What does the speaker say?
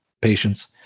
patients